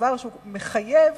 דבר שמחייב